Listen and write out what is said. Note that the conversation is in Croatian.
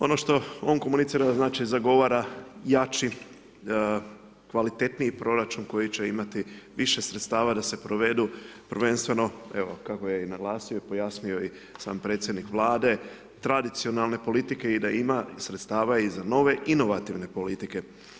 Ono što on komunicira, znači, zagovara jači, kvalitetniji proračun koji će imati više sredstava da se provedu prvenstveno, evo kako je i naglasio i pojasnio i sam predsjednik Vlade, tradicionalne politike i da ima sredstava i za nove inovativne politike.